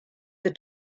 the